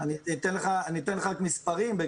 אתן לכם מספרים,